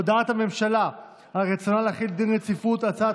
הודעת הממשלה על רצונה להחיל דין רציפות על הצעת